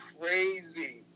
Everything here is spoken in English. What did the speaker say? crazy